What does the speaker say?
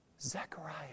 Zechariah